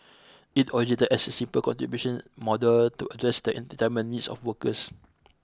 it originated as a simple contributions model to address the retirement needs of workers